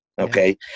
okay